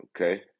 okay